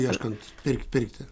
ieškant pirkt pirkti